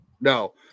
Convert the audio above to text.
No